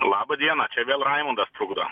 laba diena čia vėl raimundas trukdo